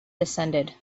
descended